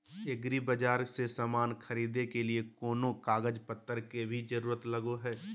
एग्रीबाजार से समान खरीदे के लिए कोनो कागज पतर के भी जरूरत लगो है?